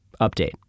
Update